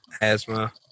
asthma